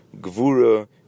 gvura